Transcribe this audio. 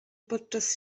podczas